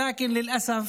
לצערי,